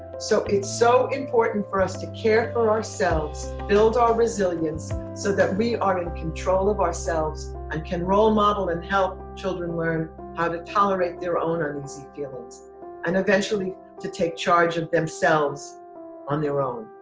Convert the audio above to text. so it's so important for us to care for ourselves build our resilience so that we are in control of ourselves and can role model and help children learn how to tolerate their own uneasy feelings and eventually to take charge of themselves on their own.